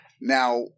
Now